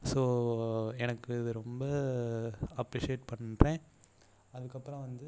so எனக்கு இது ரொம்ப அப்ரிஸியேட் பண்ணுறேன் அதுக்கப்பறம் வந்து